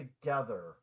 together